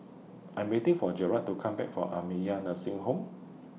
I Am waiting For Garett to Come Back from Nursing Home